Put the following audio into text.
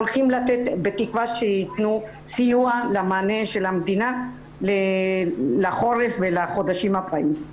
בתקווה שיתנו סיוע למענה של המדינה לחורף ולחודשים הבאים.